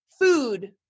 food